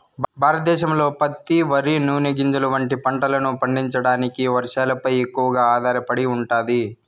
భారతదేశంలో పత్తి, వరి, నూనె గింజలు వంటి పంటలను పండించడానికి వర్షాలపై ఎక్కువగా ఆధారపడి ఉంటాది